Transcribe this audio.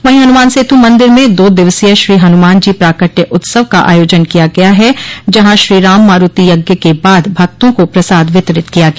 वहीं हनुमान सेतु मंदिर में दो दिवसीय श्री हनुमान जी प्राकट्य उत्सव का आयोजन किया गया है जहां श्री राम मारूति यज्ञ के बाद भक्तों को प्रसाद वितरित किया गया